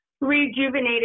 rejuvenated